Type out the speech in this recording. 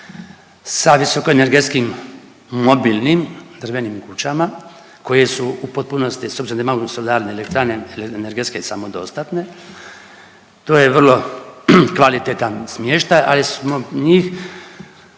sa visoko energetskim mobilnim drvenim kućama koje su u potpunosti s obzirom da imaju solarne elektrane ili energetske samodostatne to je vrlo kvalitetan smještaj, ali smo njih